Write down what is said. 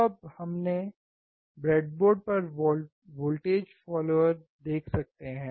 तो अब हम ब्रेडबोर्ड पर वोल्टेज फॉलोअर देख सकते हैं